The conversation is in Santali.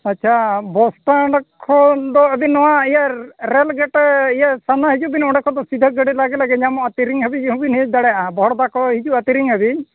ᱟᱪᱪᱷᱟ ᱵᱚᱥ ᱥᱴᱮᱱᱰ ᱠᱷᱚᱱ ᱫᱚ ᱟᱵᱤᱱ ᱱᱚᱣᱟ ᱤᱭᱟᱹ ᱨᱮᱹᱞ ᱜᱮᱴᱮ ᱤᱭᱟᱹ ᱥᱟᱢᱱᱟ ᱦᱤᱡᱩᱜ ᱵᱮᱱ ᱚᱸᱰᱮ ᱠᱷᱚᱱᱫᱚ ᱥᱤᱫᱷᱟᱹ ᱜᱟᱹᱰᱤ ᱞᱟᱜᱮ ᱞᱟᱜᱮ ᱧᱟᱢᱚᱜᱼᱟ ᱛᱤᱨᱤᱝ ᱦᱟᱹᱵᱤᱡ ᱦᱚᱸᱵᱮᱱ ᱦᱮᱡ ᱫᱟᱲᱮᱭᱟᱜᱼᱟ ᱵᱚᱦᱚᱲᱫᱟ ᱠᱚ ᱦᱤᱡᱩᱜᱼᱟ ᱛᱤᱨᱤᱝ ᱦᱟᱹᱵᱤᱡ